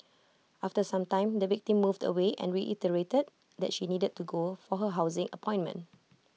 after some time the victim moved away and reiterated that she needed to go for her housing appointment